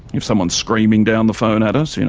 if someone's screaming down the phone at us, you know,